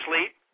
sleep